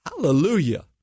Hallelujah